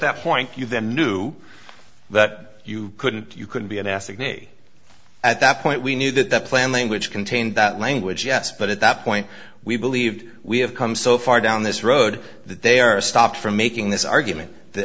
that point you then knew that you couldn't you could be an ass of me at that point we knew that the plan language contained that language yes but at that point we believed we have come so far down this road that they are stopped from making this argument